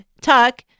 Tuck